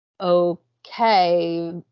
okay